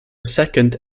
second